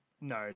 No